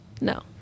No